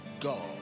God